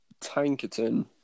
Tankerton